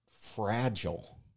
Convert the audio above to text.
fragile